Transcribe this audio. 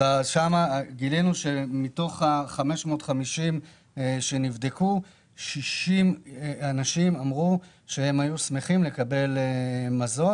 גילינו שמתוך ה-550 שנבדקו 60 אנשים אמרו שהם היו שמחים לקבל מזון.